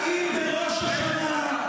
האם בראש השנה,